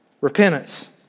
Repentance